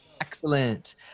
Excellent